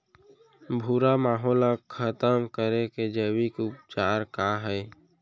भूरा माहो ला खतम करे के जैविक उपचार का हे?